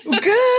Good